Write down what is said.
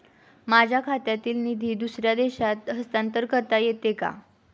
माझ्या खात्यातील निधी दुसऱ्या देशात हस्तांतर करता येते का?